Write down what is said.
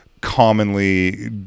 commonly